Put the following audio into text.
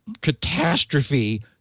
catastrophe